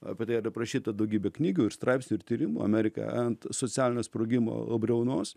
apie tai yra parašyta daugybė knygų ir straipsnių ir tyrimų amerika ant socialinio sprogimo briaunos